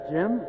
Jim